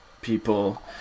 people